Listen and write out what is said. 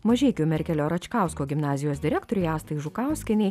mažeikių merkelio račkausko gimnazijos direktorei astai žukauskienei